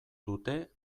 dute